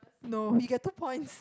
no he get two points